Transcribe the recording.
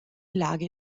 lage